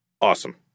Awesome